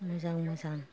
मोजां मोजां